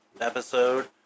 episode